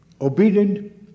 Obedient